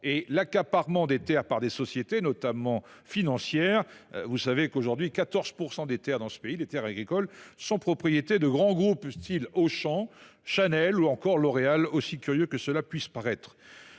et l’accaparement des terres par des sociétés, notamment financières. Il faut savoir qu’aujourd’hui 14 % des terres agricoles de ce pays sont la propriété de grands groupes, comme Auchan, Chanel ou encore L’Oréal, aussi curieux que cela puisse paraître.